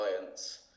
alliance